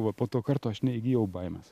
va po to karto aš neįgijau baimės